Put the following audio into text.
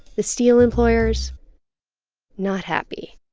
the steel employers not happy.